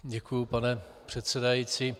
Děkuji, pane předsedající.